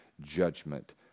judgment